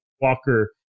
Walker